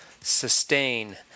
sustain